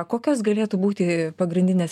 kokios galėtų būti pagrindinės